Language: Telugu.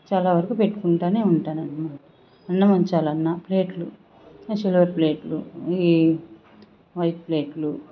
చాలా వరకు పెట్టుకుంటానే ఉంటానన్నమాట అన్నం వంచాలన్నా ప్లేట్లు సిల్వర్ ప్లేట్లు ఈ వైట్ ప్లేట్లు